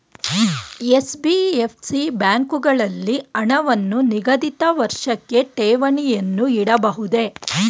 NBFC ಬ್ಯಾಂಕುಗಳಲ್ಲಿ ಹಣವನ್ನು ನಿಗದಿತ ವರ್ಷಕ್ಕೆ ಠೇವಣಿಯನ್ನು ಇಡಬಹುದೇ?